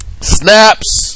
Snaps